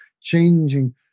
changing